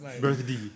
birthday